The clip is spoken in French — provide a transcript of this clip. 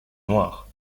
noire